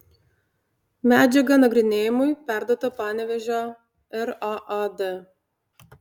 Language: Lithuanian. medžiaga nagrinėjimui perduota panevėžio raad